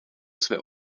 své